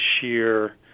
sheer